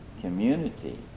community